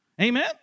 Amen